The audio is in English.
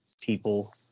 people